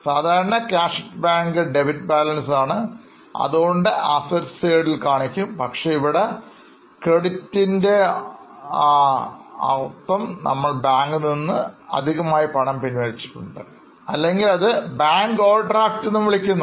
സാധാരണ Cash at bank debit balance ആണ് അതുകൊണ്ട് Asset side ൽ കാണിക്കും പക്ഷേ ഇവിടെ Credit അതിൻറെ അർത്ഥം നമ്മൾ ബാങ്കിൽ നിന്നും അധികമായി പണം പിൻവലിച്ചിട്ടുണ്ട് അല്ലെങ്കിൽ അത് ബാങ്ക് ഓവർ ഡ്രാഫ്റ്റ് എന്നും അറിയപ്പെടുന്നു